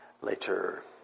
later